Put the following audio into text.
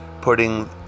putting